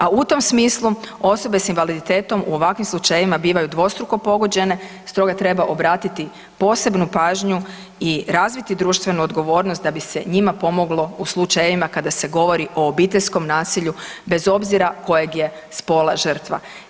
A u tom smislu osobe s invaliditetom u ovakvim slučajevima bivaju dvostruko pogođene stoga treba obratiti posebnu pažnju i razviti društvenu odgovornost da bi se njima pomoglo u slučajevima kada se govori o obiteljskom nasilju bez obzira kojeg je spola žrtva.